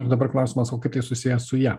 ir dabar klausimas o kaip tai susiję su ja